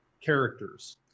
characters